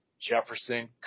Jefferson